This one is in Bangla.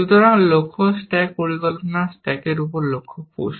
সুতরাং লক্ষ্য স্ট্যাক পরিকল্পনা স্ট্যাক উপর লক্ষ্য পুসড